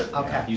okay.